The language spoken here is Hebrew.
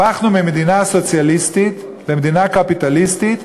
הפכנו ממדינה סוציאליסטית למדינה קפיטליסטית,